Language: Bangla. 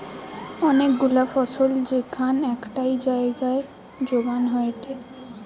অনেক গুলা ফসল যেখান একটাই জাগায় যোগান হয়টে